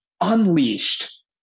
unleashed